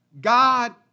God